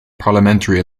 parliamentary